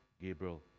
Gabriel